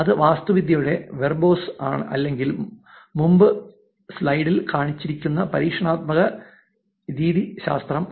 അതാണ് വാസ്തുവിദ്യയുടെ വെർബോസ് അല്ലെങ്കിൽ മുമ്പ് സ്ലൈഡിൽ കാണിച്ചിരിക്കുന്ന പരീക്ഷണാത്മക രീതിശാസ്ത്രം